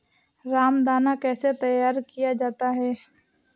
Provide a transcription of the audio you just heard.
रामदाना कैसे तैयार किया जाता है?